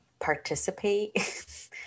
participate